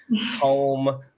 home